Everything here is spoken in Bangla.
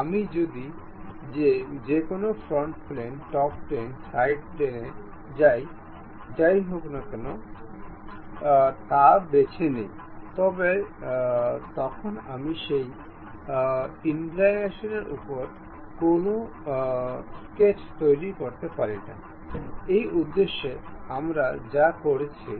আমি যদি যে কোনও front plane top plane side প্লেনে যাই হোক না কেন তা বেছে নিই তবে তখন আমি সেই ইনক্লিনেশনের উপর কোনও স্কেচ তৈরি করতে পারি না এই উদ্দেশ্যে আমরা যা করছি